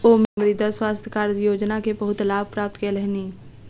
ओ मृदा स्वास्थ्य कार्ड योजना के बहुत लाभ प्राप्त कयलह्नि